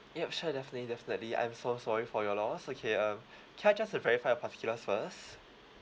yup sure definitely definitely I'm so sorry for your loss okay um can I just verify your particulars first